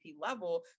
level